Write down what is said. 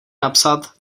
napsat